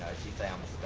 she say